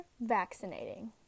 vaccinating